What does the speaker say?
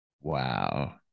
Wow